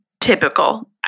typical